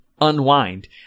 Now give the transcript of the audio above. unwind